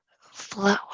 flow